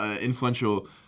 influential